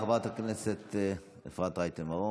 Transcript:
חברת הכנסת אפרת רייטן מרום,